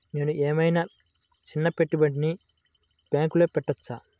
నేను ఏమయినా చిన్న పెట్టుబడిని బ్యాంక్లో పెట్టచ్చా?